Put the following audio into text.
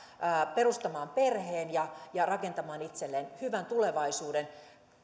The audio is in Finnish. perustamaan perheen ja ja rakentamaan itselleen hyvän tulevaisuuden